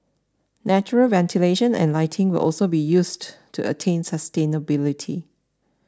natural ventilation and lighting will also be used to attain sustainability